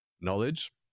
knowledge